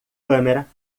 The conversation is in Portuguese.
câmera